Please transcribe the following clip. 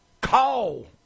Call